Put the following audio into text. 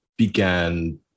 began